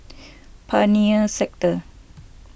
Pioneer Sector